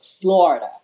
Florida